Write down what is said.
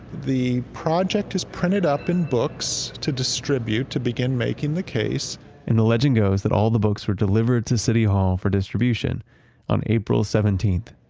the project is printed up in books to distribute to begin making the case and the legend goes that all the books were delivered to city hall for distribution on april seventeen,